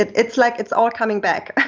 it's like it's all coming back.